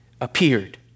appeared